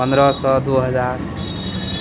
पन्द्रह सए दू हजार